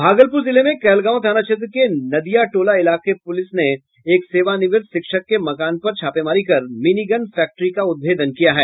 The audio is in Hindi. भागलपुर जिले में कहलगांव थाना क्षेत्र के नदिया टोला इलाके पुलिस ने एक सेवानिवृत्त शिक्षक के मकान पर छापेमारी कर मिनीगन फैक्ट्री का उद्भेदन किया है